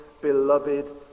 beloved